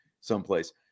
someplace